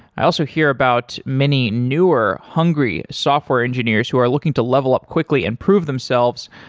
i also hear about many newer, hungry software engineers who are looking to level up quickly and prove themselves